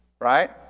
Right